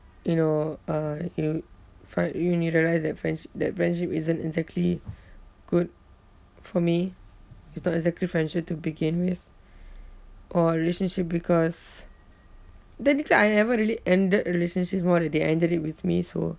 you know uh you find you only realised that friendshi~ that friendship isn't exactly good for me it's not exactly friendship to begin with or relationship because technically I never really ended a relationships more than they ended it with me so